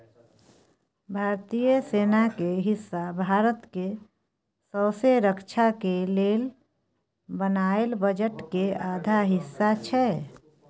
भारतीय सेना के हिस्सा भारत के सौँसे रक्षा के लेल बनायल बजट के आधा हिस्सा छै